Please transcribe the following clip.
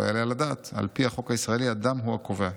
לא יעלה על הדעת! על פי החוק הישראלי הדם הוא הקובע.